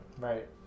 Right